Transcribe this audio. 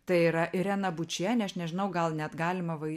tai yra irena bučienė aš nežinau gal net galima vai